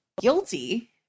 guilty